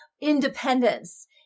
independence